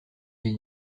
les